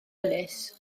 ynys